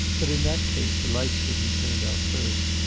but in that case the lights would be turned out first,